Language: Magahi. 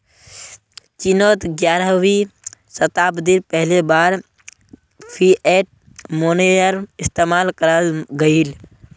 चिनोत ग्यारहवीं शाताब्दित पहली बार फ़िएट मोनेय्र इस्तेमाल कराल गहिल